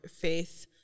faith